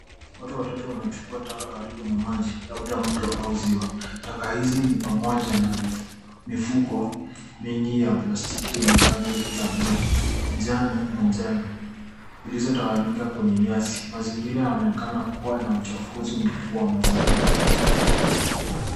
Watu watatu wanachukua taka karibu na maji labda ya mto au ziwa. Taka hizi ni pamoja na mifuko mingi ya plastiki yenye rangi za buluu, kijani na njano zilizotawanyika kwenye nyasi. Mazingira yanaonekana kuwa na uchafuzi mkubwa wa mazingira.